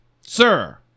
Sir